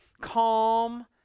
calm